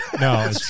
no